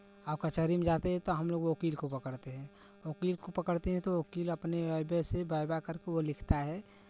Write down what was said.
कचहरी में जाते हैं तो हमलोग वकील को पकड़ते हैं वकील को पकड़ते हैं तो वकील अपने करके वो लिखता है